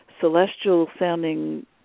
celestial-sounding